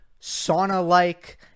sauna-like